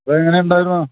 എങ്ങനെ ഉണ്ടായിരുന്നു